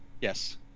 Yes